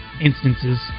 instances